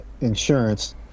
insurance